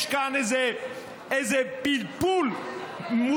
יש כאן איזה פלפול מוטרף,